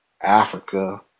Africa